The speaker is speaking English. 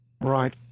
Right